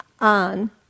on